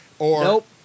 Nope